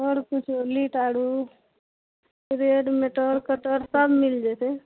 आओर कुछो लीड आरो रेड मीटर कटर सब मिल जेतय